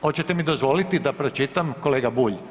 Hoćete mi dozvoliti da pročitam, kolega Bulj?